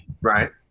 right